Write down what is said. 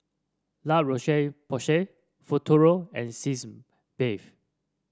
La Roche Porsay Futuro and Sitz Bath